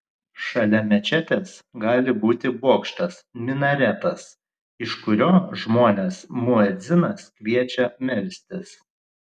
šalia mečetės gali būti bokštas minaretas iš kurio žmones muedzinas kviečia melstis